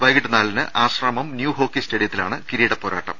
വൈകീട്ട് നാലിന് ആശ്രാമം ന്യൂഹോക്കി സ്റ്റേഡിയത്തിലാണ് കിരീട പോരാട്ടം